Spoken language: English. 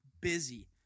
busy